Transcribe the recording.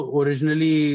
originally